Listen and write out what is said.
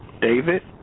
David